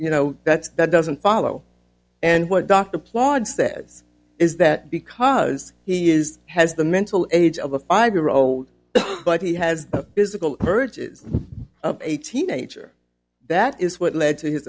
you know that that doesn't follow and what dr plod says is that because he is has the mental age of a five year old but he has basically urges a teenager that is what led to his